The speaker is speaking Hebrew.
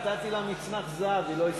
נתתי לה מצנח זהב, היא לא הסכימה.